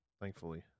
thankfully